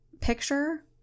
picture